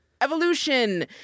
Evolution